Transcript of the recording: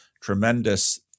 Tremendous